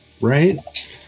Right